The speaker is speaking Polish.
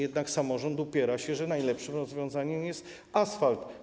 Jednak samorząd upiera się, że najlepszym rozwiązaniem jest asfalt.